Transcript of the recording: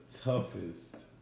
toughest